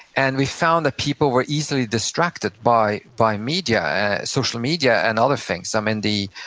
and we found that people were easily distracted by by media, social media and other things. um and the